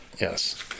Yes